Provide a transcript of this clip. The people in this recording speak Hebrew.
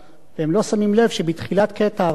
והם לא שמים לב שבתחילת קטע הרחוב,